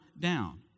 down